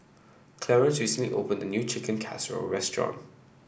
Clarence recently opened a new Chicken Casserole restaurant